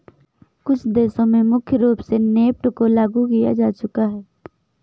कुछ देशों में मुख्य रूप से नेफ्ट को लागू किया जा चुका है